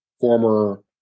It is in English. former